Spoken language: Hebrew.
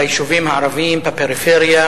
ביישובים הערביים, בפריפריה,